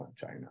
China